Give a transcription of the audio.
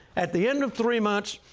at the end of three months,